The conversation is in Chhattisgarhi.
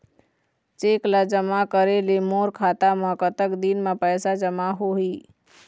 चेक ला जमा करे ले मोर खाता मा कतक दिन मा पैसा जमा होही?